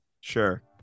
Sure